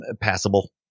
passable